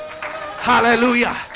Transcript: hallelujah